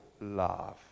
love